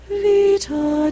vita